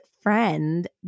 friend